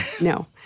No